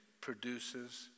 produces